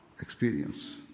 experience